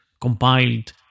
compiled